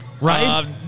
Right